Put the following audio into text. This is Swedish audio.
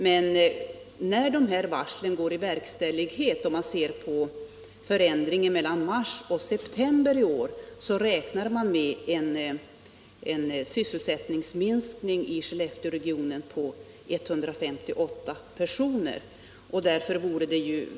Men när varslen går i verkställighet så räknar man med att det blir en sysselsättningsminskning i Skeffelteåregionen på 158 personer från mars till september i år.